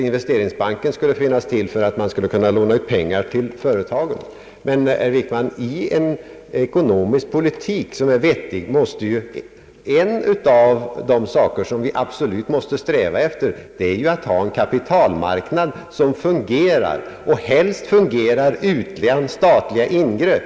Inwvesteringsbanken skulle inrättas för att kunna låna ut pengar till företagen. Men, herr Wickman, i en ekonomisk politik som är vettig måste vi absolut sträva efter en kapitalmarknad som fungerar väl och helst fungerar utan statliga ingrepp.